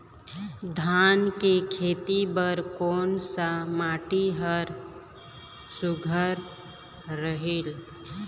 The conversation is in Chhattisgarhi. धान के खेती बर कोन सा माटी हर सुघ्घर रहेल?